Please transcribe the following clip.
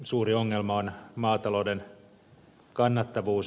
suuri ongelma on maatalouden kannattavuus